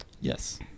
Yes